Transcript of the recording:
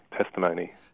testimony